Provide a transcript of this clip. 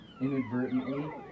inadvertently